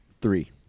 Three